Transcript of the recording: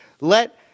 let